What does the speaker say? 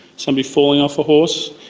somebody falling off a horse,